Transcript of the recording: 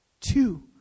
Two